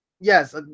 yes